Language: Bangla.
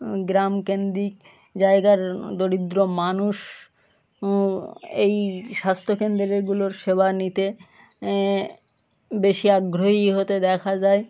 গ্রামকেন্দ্রিক জায়গার দরিদ্র মানুষ এই স্বাস্থ্যকেন্দ্রগুলোর সেবা নিতে বেশি আগ্রহী হতে দেখা যায়